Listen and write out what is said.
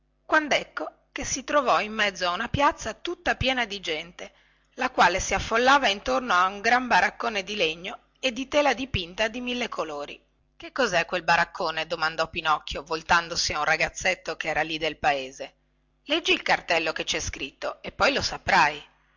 quandecco che si trovò in mezzo a una piazza tutta piena di gente la quale si affollava intorno a un gran baraccone di legno e di tela dipinta di mille colori che cosè quel baraccone domandò pinocchio voltandosi a un ragazzetto che era lì del paese leggi il cartello che cè scritto e lo saprai